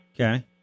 Okay